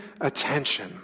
attention